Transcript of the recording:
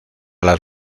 las